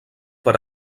per